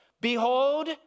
Behold